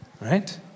Right